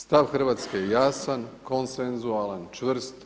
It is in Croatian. Stav Hrvatske je jasan, konsenzualan, čvrst.